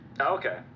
Okay